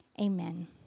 Amen